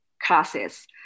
classes